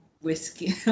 whiskey